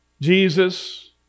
Jesus